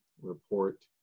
Report